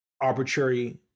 arbitrary